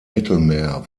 mittelmeer